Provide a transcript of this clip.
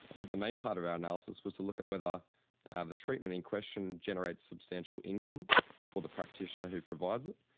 but the main part of our analysis was to look at whether ah the treatment in question generates substantial income for the practitioner who provides it,